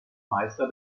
meister